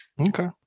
Okay